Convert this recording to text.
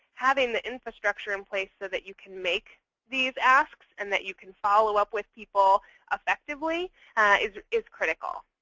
having the infrastructure in place so that you can make these asks and that you can follow up with people effectively is is critical.